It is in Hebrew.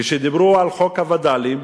כשדיברו על חוק הווד"לים,